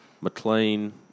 McLean